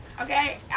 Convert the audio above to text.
Okay